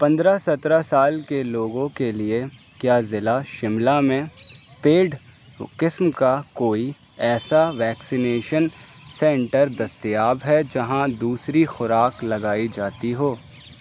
پندرہ سترہ سال کے لوگوں کے لیے، کیا ضلع شملہ میں پیڈ قسم کا کوئی ایسا ویکسینیشن سینٹر دستیاب ہے جہاں دوسری خوراک لگائی جاتی ہو